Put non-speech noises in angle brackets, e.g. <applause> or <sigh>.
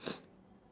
<noise>